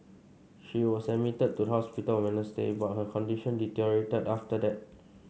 she was admitted to hospital on Wednesday but her condition deteriorated after that